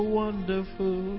wonderful